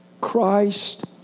Christ